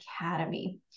academy